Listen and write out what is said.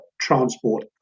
transport